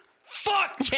Fuck